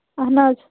اَہَن حظ